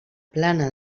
plana